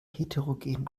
heterogenen